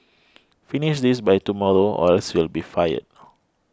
finish this by tomorrow or else you'll be fired